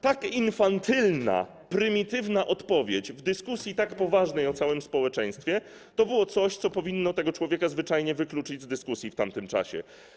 Tak infantylna, prymitywna odpowiedź w tak poważnej dyskusji o całym społeczeństwie to było coś, co powinno tego człowieka zwyczajnie wykluczyć z dyskusji w tamtym czasie.